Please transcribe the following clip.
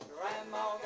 Grandma